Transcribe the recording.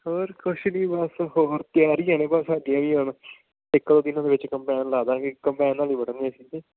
ਹੋਰ ਕਛ ਨਹੀਂ ਬਸ ਹੋਰ ਤਿਆਰੀਆਂ ਨੇ ਬਸ ਸਾਡੀਆਂ ਵੀ ਹੁਣ ਇੱਕ ਦੋ ਦਿਨਾਂ ਦੇ ਵਿੱਚ ਕੰਬਾਇਨ ਲਾ ਦਾਂਗੇ ਕੰਬਾਈਨ ਨਾਲ ਹੀ ਵੱਢਣੀ ਅਸੀਂ ਤਾਂ